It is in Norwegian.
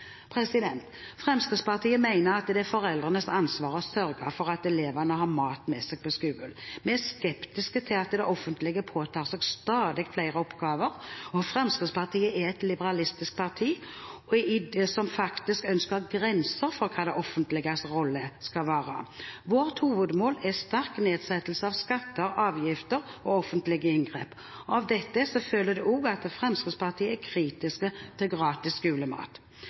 Fremskrittspartiet mener at det er foreldrenes ansvar å sørge for at elevene har mat med seg på skolen. Vi er skeptiske til at det offentlige påtar seg stadig flere oppgaver. Fremskrittspartiet er et liberalistisk parti, som faktisk ønsker grenser for hva det offentliges rolle skal være. Vårt hovedmål er sterk nedsettelse av skatter, avgifter og offentlige inngrep. Av dette følger også at Fremskrittspartiet er kritisk til